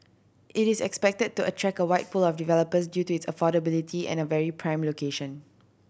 it is expected to attract a wide pool of developers due to its affordability and a very prime location